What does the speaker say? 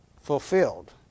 fulfilled